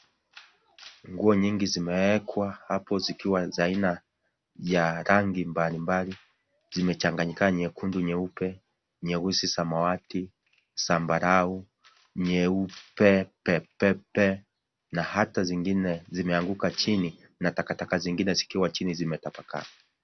Nguo nyingi zimewekwa hapo zikiwa za aiana ya rangi mbali mbali zimechanganyika nyekundu, nyeupe, nyeusi, samawiti, zambarau, nyeupe pe pe pe na hata zingine zimeanguka chini na takataka zingine zikiwa chini zimetapakaa.